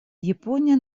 япония